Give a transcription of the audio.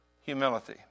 humility